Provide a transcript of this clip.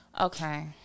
Okay